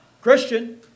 Christian